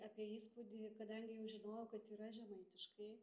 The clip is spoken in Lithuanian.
apie įspūdį kadangi jau žinojau kad yra žemaitiškai